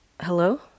hello